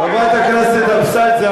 חברת הכנסת אבסדזה,